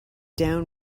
down